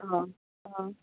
अँ अँ